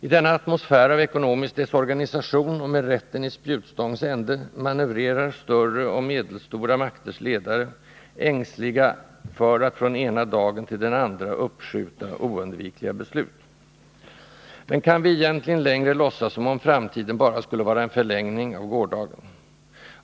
I denna atmosfär av ekonomisk desorganisation och med rätten i spjutstångs ände manövrerar större och medelstora makters ledare, ängsliga för att från ena dagen till den andra uppskjuta oundvikliga beslut. Men kan vi egentligen längre låtsas som om framtiden bara skulle vara en förlängning av gårdagen?